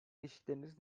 ilişkileriniz